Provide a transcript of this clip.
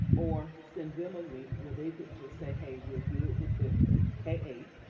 or send them a link where they could just say, hey, we're good with the k eight,